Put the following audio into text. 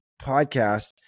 podcast